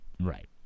right